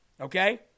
okay